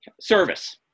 service